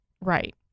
Right